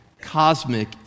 cosmic